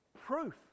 proof